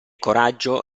coraggio